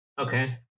Okay